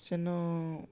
ସେନ